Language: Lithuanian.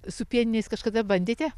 su pieniniais kažkada bandėte